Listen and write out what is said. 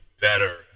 better